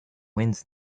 winds